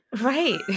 Right